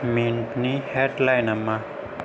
मिन्टनि हेडलाइना मा